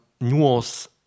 nuance